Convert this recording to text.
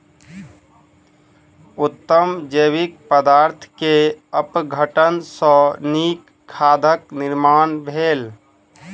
उत्तम जैविक पदार्थ के अपघटन सॅ नीक खादक निर्माण भेल